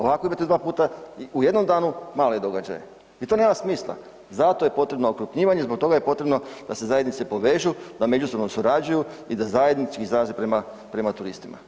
Ovako imate dva puta u jednom danu male događaje i to nema smisla zato je potrebno okrupnjivanje, zbog toga je potrebno da se zajednice povežu, da međusobno surađuju i da zajednički izlaze prema, prema turistima.